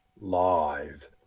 Live